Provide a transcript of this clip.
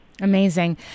Amazing